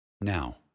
Now